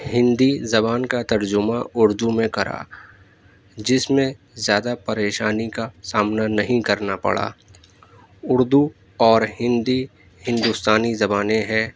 ہندی زبان کا ترجمہ اردو میں کرا جس میں زیادہ پریشانی کا سامنا نہیں کرنا پڑا اردو اور ہندی ہندوستانی زبانیں ہیں